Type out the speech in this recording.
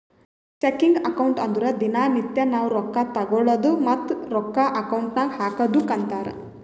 checking account ಅಂದುರ್ ದಿನಾ ನಿತ್ಯಾ ನಾವ್ ರೊಕ್ಕಾ ತಗೊಳದು ಮತ್ತ ರೊಕ್ಕಾ ಅಕೌಂಟ್ ನಾಗ್ ಹಾಕದುಕ್ಕ ಅಂತಾರ್